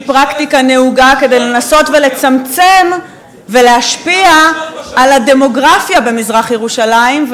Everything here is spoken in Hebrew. הן פרקטיקה נהוגה כדי לנסות לצמצם ולהשפיע על הדמוגרפיה במזרח-ירושלים,